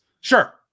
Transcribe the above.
Sure